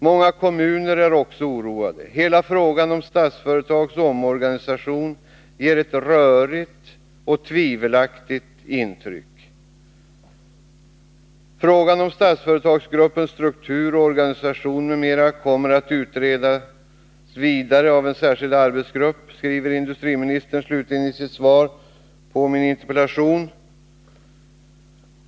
Många kommuner är också oroade. Hela frågan om Statsföretags omorganisation ger ett rörigt och tvivelaktigt intryck. ”Frågan om Statsföretagsgruppens struktur och organisation m.m. kommer att utredas vidare av en särskild arbetsgrupp”, skriver industriministern slutligen i sitt svar på min interpellation.